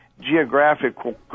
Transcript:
geographical